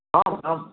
आम् आम्